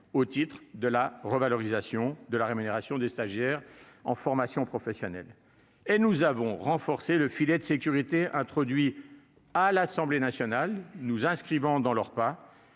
au titre de la revalorisation de la rémunération des stagiaires de la formation. Nous avons renforcé le « filet de sécurité » introduit par l'Assemblée nationale, nous inscrivant dans les pas